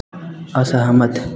असहमत